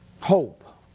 hope